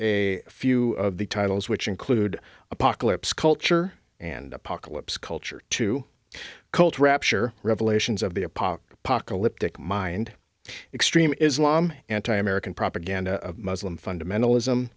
a few of the titles which include apocalypse culture and apocalypse culture to culture rapture revelations of the apoc apocalyptic mind extreme islam anti american propaganda muslim fundamentalism